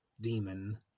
demon